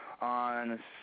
on